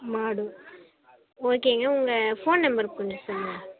மாடூர் ஓகேங்க உங்கள் phone number கொஞ்சம் சொல்லுங்கள்